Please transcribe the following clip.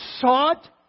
sought